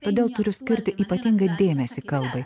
todėl turiu skirti ypatingą dėmesį kalbai